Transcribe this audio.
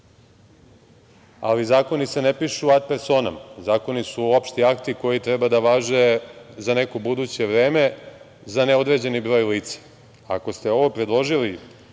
ali zakoni se ne pišu at personom, zakoni su opšti akti koji treba da važe za neko buduće vreme, za neodređeni broj lica. Ako ste ovo predložili